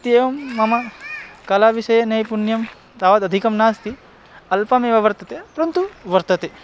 इत्येवं मम कलाविषये नैपुण्यं तावदधिकं नास्ति अल्पमेव वर्तते परन्तु वर्तते